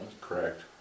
Correct